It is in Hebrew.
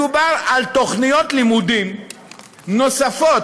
מדובר על תוכניות לימודים נוספות,